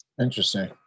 interesting